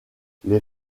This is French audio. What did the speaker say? les